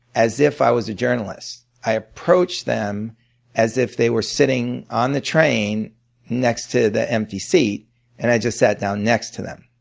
as if i was a journalist. i approached them as if they were sitting on the train next to the empty seat and i just sat down next to them.